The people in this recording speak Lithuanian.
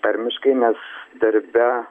tarmiškai nes darbe